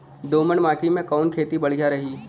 दोमट माटी में कवन खेती बढ़िया रही?